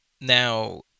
Now